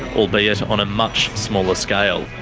albeit on a much smaller scale.